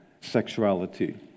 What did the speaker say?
sexuality